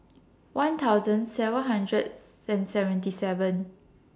one thousand seven hundred Sin seventy seven